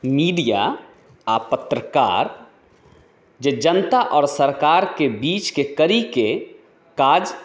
media आओर पत्रकार जे जनता आओर सरकारके बीचके कड़ीके काज